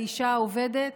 האישה העובדת,